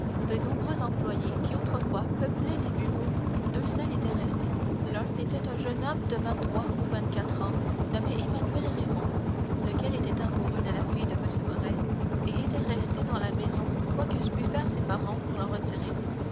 de nombreux employés qui autrefois peuplaient les bureaux deux seuls étaient restés l'un était un jeune homme de vingt-trois ou vingt-quatre ans nommé emmanuel raymond lequel était amoureux de la fille de m morrel et était resté dans la maison quoi qu'eussent pu faire ses parents pour l'en retirer